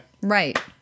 Right